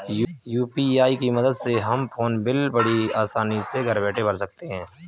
UPI की मदद से हम फ़ोन बिल बड़ी आसानी से घर बैठे भर सकते हैं